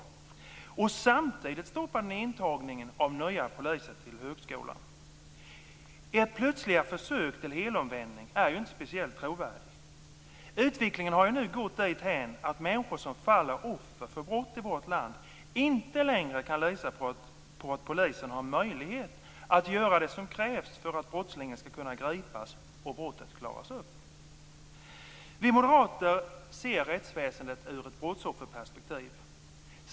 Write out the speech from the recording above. Samtidigt har ni stoppat intagningen av nya poliser till högskolan. Ert plötsliga försök till helomvändning är inte speciellt trovärdigt. Utvecklingen har nu gått dithän att människor som faller offer för brott i vårt land inte längre kan lita på att polisen har möjlighet att göra det som krävs för att brottslingen skall kunna gripas och brottet klaras upp. Vi moderater ser rättsväsendet ur ett brottsofferperspektiv.